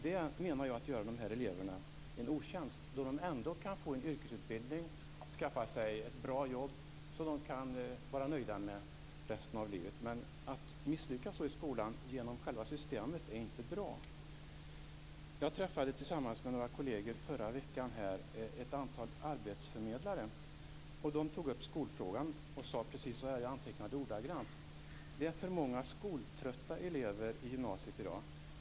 Det menar jag är att göra de här eleverna en otjänst. De kan ju ändå få en yrkesutbildning och skaffa sig ett bra jobb som de kan vara nöjda med resten av livet. Men att misslyckas så i skolan genom själva systemet är inte bra. Förra veckan träffade jag och några kolleger här ett antal arbetsförmedlare. De tog upp skolfrågan och sade precis så här, för jag antecknade ordagrant: Det är för många skoltrötta elever i gymnasiet i dag.